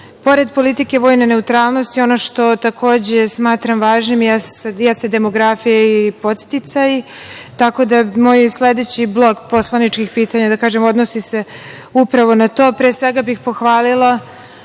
politike vojne neutralnosti, ono što takođe smatram važnim jeste demografija i podsticaji, tako da moj sledeći blok poslaničkih pitanja, da kažem, odnosi se upravo na to. Pre svega, pohvalila